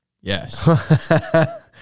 Yes